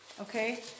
Okay